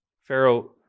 Pharaoh